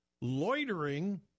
loitering